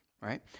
right